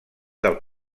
del